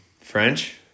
French